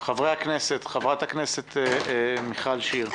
חברי הכנסת חברת הכנסת מיכל שיר.